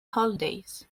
holidays